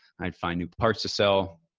i'd find new parts to sell.